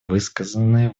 высказанные